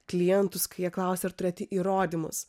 klientus kai jie klausia ir turėti įrodymus